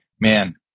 man